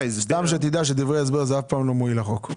סתם שתדע, דברי ההסבר אף פעם לא מועילים לחוק.